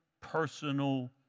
personal